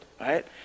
right